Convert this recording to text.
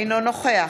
אינו נוכח